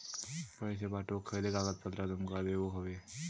पैशे पाठवुक खयली कागदपत्रा तुमका देऊक व्हयी?